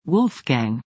Wolfgang